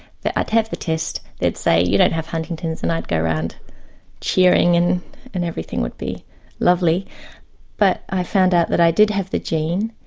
i'd have the test, they'd say you don't have huntington's and i'd go around cheering and and everything would be lovely but i found out that i did have the gene